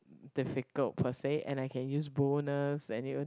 difficult per say and I can use bonus and you know